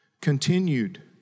continued